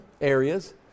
areas